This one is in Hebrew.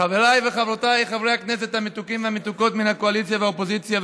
חבריי וחברותיי חברי הכנסת המתוקים והמתוקות מן הקואליציה והאופוזיציה,